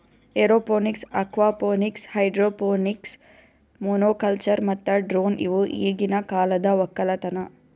aeroponics, aquaponics, hydroponics, monoculture ಮತ್ತ drone ಇವು ಈಗಿನ ಕಾಲದ ಒಕ್ಕಲತನ